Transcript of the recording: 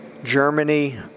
Germany